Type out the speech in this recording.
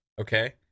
okay